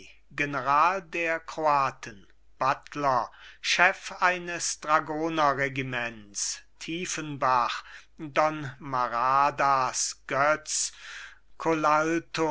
der kroaten buttler chef eines dragonerregiments tiefenbach don maradas götz colalto